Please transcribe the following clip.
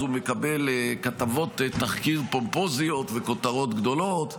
אז הוא מקבל כתבות תחקיר פומפוזיות וכותרות גדולות.